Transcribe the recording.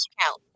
account